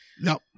No